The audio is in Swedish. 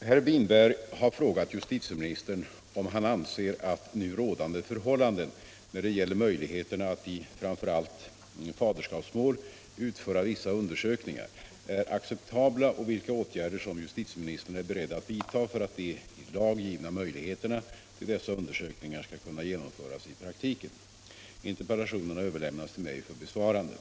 Herr Winberg har frågat justitieministern om han anser att nu rådande förhållanden när det gäller möjligheterna att i framför allt faderskapsmål utföra vissa undersökningar är acceptabla och vilka åtgärder som justitieministern är beredd att vidta för att de i lag givna möjligheterna till dessa undersökningar skall kunna genomföras i praktiken. Interpellationen har överlämnats till mig för besvarande.